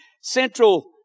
Central